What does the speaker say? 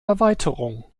erweiterung